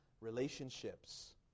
relationships